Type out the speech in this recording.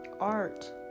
art